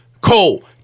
Cole